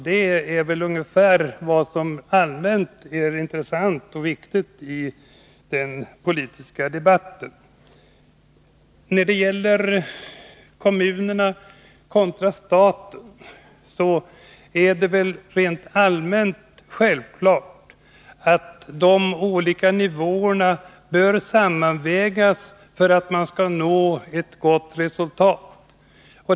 Det är väl ungefär vad som allmänt är intressant och viktigt i den politiska debatten. När det gäller kommunerna kontra staten är det rent allmänt självklart att de olika nivåerna bör sammanvägas för att man skall nå ett gott resultat.